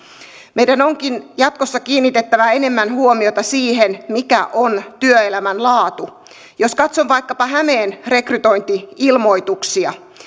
meidän onkin jatkossa kiinnitettävä enemmän huomiota siihen mikä on työelämän laatu jos katson vaikkapa hämeen rekrytointi ilmoituksia